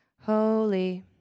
Holy